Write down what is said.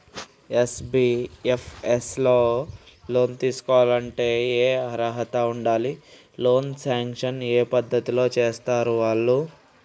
NBFS లో loan తీస్కోవాలంటే ఏం అర్హత ఉండాలి? లోన్ సాంక్షన్ ఏ పద్ధతి లో చేస్తరు వాళ్లు?